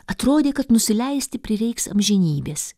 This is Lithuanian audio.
atrodė kad nusileisti prireiks amžinybės